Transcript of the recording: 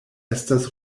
estas